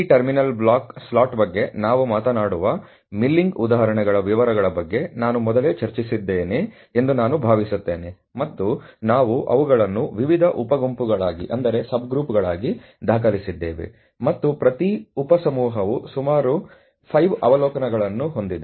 ಈ terminal block slot ಬಗ್ಗೆ ನಾವು ಮಾತನಾಡುವ ಮಿಲ್ಲಿಂಗ್ ಉದಾಹರಣೆಗಳ ವಿವರಗಳ ಬಗ್ಗೆ ನಾನು ಮೊದಲೇ ಚರ್ಚಿಸಿದ್ದೇನೆ ಎಂದು ನಾನು ಭಾವಿಸುತ್ತೇನೆ ಮತ್ತು ನಾವು ಅವುಗಳನ್ನು ವಿವಿಧ ಉಪ ಗುಂಪುಗಳಾಗಿ ದಾಖಲಿಸಿದ್ದೇವೆ ಮತ್ತು ಪ್ರತಿ ಉಪ ಸಮೂಹವು ಸುಮಾರು 5 ಅವಲೋಕನಗಳನ್ನು ಹೊಂದಿದೆ